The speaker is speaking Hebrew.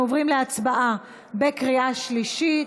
אנחנו עוברים להצבעה בקריאה שלישית.